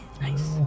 Nice